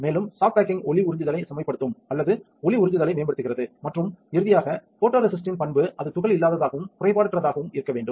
மேலும் soft baking ஒளி உறிஞ்சுதலை செம்மைப்படுத்தும் அல்லது ஒளி உறிஞ்சுதலை மேம்படுத்துகிறது மற்றும் இறுதியாக போடோரெசிஸ்ட்ரின் பண்பு அது துகள் இல்லாததாகவும் குறைபாடற்றதாகவும் இருக்க வேண்டும்